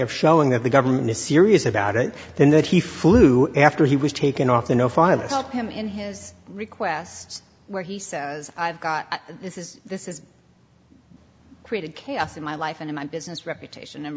of showing that the government is serious about it than that he flew after he was taken off the no fly list of him in his request where he says i've got this is is this created chaos in my life and in my business reputation and